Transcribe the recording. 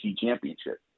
championship